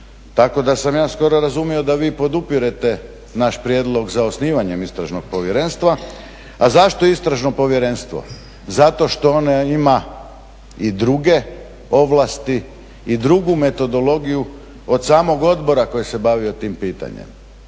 tako da sam ja skoro razumio da vi podupirete naš prijedlog za osnivanjem istražnog povjerenstva, a zašto istražno povjerenstvo? Zato što oni ima i druge ovlasti i drugu metodologiju od samog odbora koje se bavio tim pitanjem.